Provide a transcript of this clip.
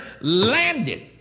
Landed